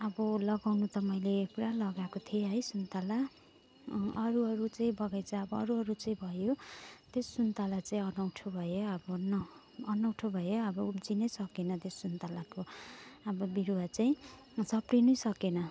अब लगाउनु त मैले पुरा लगाएको थिएँ है सुन्तला अरू अरू चाहिँ बगैँचाको अरू अरू चाहिँ भयो त्यो सुन्तला चाहिँ अनौठो भयो अब अनौठो भयो अब उब्जिनै सकेन त्यो सुन्तलाको अब बिरुवा चाहिँ सप्रिनै सकेन